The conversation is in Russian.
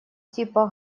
типа